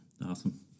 Awesome